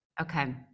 Okay